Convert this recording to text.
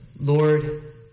Lord